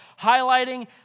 highlighting